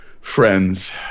friends